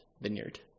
vineyard